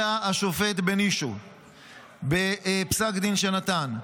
השופט בנישו קובע, בפסק דין שנתן: